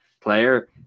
player